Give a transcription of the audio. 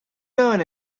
learn